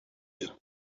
you